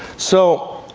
so